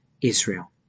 Israel